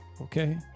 okay